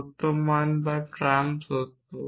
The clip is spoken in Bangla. সত্য মান বা ট্রাম সত্য